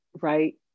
right